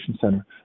Center